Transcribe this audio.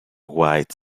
white